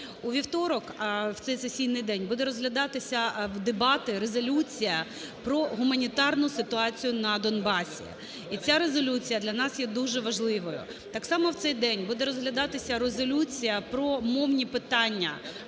У вівторок, в цей сесійний день, будуть розглядатися дебати, резолюція про гуманітарну ситуацію на Донбасі. І ця резолюція для нас є дуже важливою. Так само в цей день буде розглядатися резолюція про мовні питання